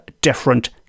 different